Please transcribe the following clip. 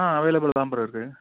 ஆ அவைலபுளாக தான் ப்ரோ இருக்குது